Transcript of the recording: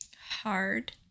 hard